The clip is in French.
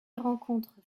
rencontrent